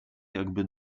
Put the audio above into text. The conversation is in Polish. jakby